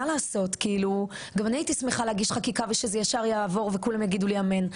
גם אני הייתי שמחה להגיש חקיקה ושזה ישר יעבור וכולם יגידו לי אמן,